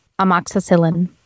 Amoxicillin